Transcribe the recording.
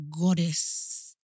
Goddess